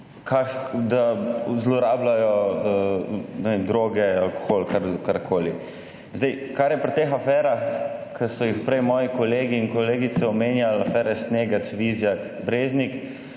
da zlorabljajo ne vem droge, alkohol, karkoli. Zdaj, kar je pri teh aferah, ki so jih prej moji kolegi in kolegice omenjali afere »snegec«, Vizjak, Breznik,